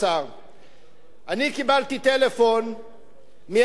אני קיבלתי טלפון מאדם בן 93,